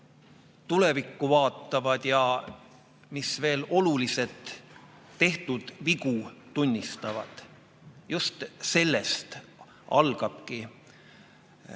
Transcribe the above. tulevikku vaatavad, ja mis veel oluline – tehtud vigu tunnistavad. Just sellest algabki